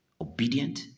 obedient